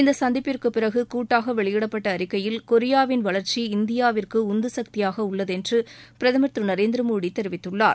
இந்த சந்திப்பிற்குப் பிறகு கூட்டாக வெளியிடப்பட்ட அறிக்கையில் கொரியாவின் வளர்ச்சி இந்தியாவிற்கு உந்து சக்தியாக உள்ளது என்று பிரதமர் திரு நரேந்திரமோடி தெரிவித்துள்ளார்